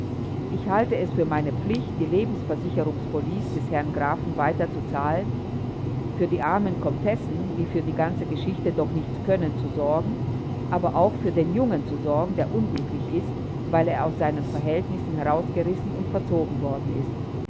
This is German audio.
ich halte es für meine pflicht die lebensversicherungspolice des herrn grafen weiter zu zahlen für die armen komtessen die für die ganze geschichte doch nichts können zu sorgen aber auch für den jungen zu sorgen der unglücklich ist weil er aus seinen verhältnissen herausgerissen und verzogen worden ist